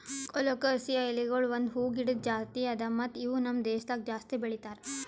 colocasia ಎಲಿಗೊಳ್ ಒಂದ್ ಹೂವು ಗಿಡದ್ ಜಾತಿ ಅದಾ ಮತ್ತ ಇವು ನಮ್ ದೇಶದಾಗ್ ಜಾಸ್ತಿ ಬೆಳೀತಾರ್